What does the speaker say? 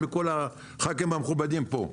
מכל הח"כים המכובדים פה,